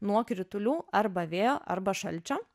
nuo kritulių arba vėjo arba šalčio